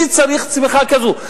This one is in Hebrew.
מי צריך צמיחה כזאת?